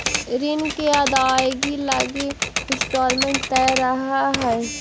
ऋण के अदायगी लगी इंस्टॉलमेंट तय रहऽ हई